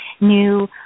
new